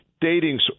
dating